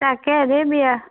তাকে ধেৰ বিয়া